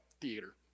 theater